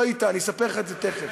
לא היית, אני אספר לך את זה תכף.